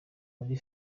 muri